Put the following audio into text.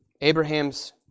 Abraham's